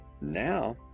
Now